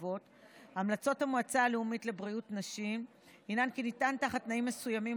המלצות המועצה הלאומית לבריאות נשים הן כי ניתן בתנאים מסוימים